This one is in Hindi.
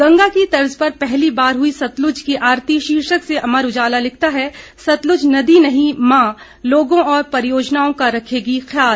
गंगा की तर्ज पर पहली बार हुई सतलुज की आरती शीर्षक से अमर उजाला लिखता है सतलुज नदी नहीं मां लोगों और परियोजनाओं का रखेगी ख्याल